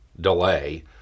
delay